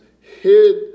hid